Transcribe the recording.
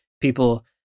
people